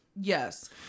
Yes